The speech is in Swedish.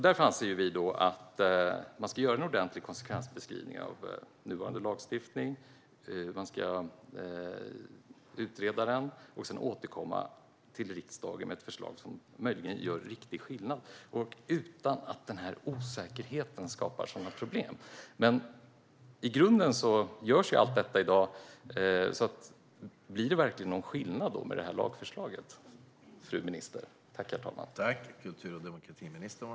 Därför anser vi att man ska göra en ordentlig konsekvensbeskrivning av nuvarande lagstiftning, utreda den och sedan återkomma till riksdagen med ett förslag som möjligen gör riktig skillnad och utan att denna osäkerhet skapar sådana problem. I grunden görs allt detta i dag. Blir det då någon skillnad med lagförslaget, fru minister?